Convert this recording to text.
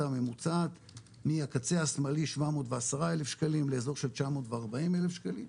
הממוצעת מהקצה השמאלי 710 אלף שקלים לאיזור של 940 אלף שקלים.